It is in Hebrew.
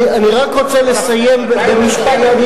אני רק רוצה לסיים במשפט.